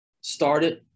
started